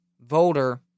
voter